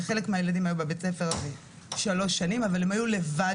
שחלק מהילדים היו בבית הספר הזה שלוש שנים אבל הם היו לבד